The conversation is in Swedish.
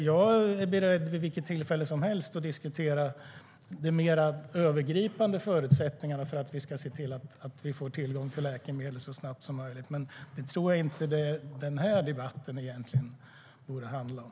Jag är beredd att vid vilket tillfälle som helst diskutera de mer övergripande förutsättningarna för att vi ska få tillgång till läkemedel så snabbt som möjligt, men jag tror inte att det är det som denna debatt bör handla om.